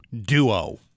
duo